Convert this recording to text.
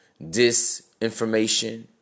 disinformation